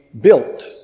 built